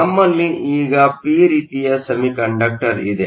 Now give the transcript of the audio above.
ನಮ್ಮಲ್ಲಿ ಈಗ ಪಿ ರೀತಿಯ ಸೆಮಿಕಂಡಕ್ಟರ್ ಇದೆ